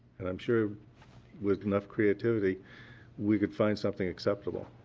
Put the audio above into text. and i'm sure with enough creativity we could find something acceptable.